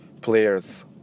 player's